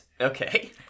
Okay